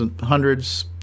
hundreds